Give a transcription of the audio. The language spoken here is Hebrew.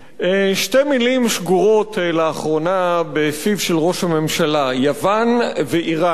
שתי מלים שגורות לאחרונה בפיו של ראש הממשלה: יוון ואירן.